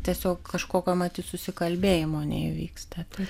tiesiog kažkokio mat susikalbėjimo neįvyksta